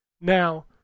Now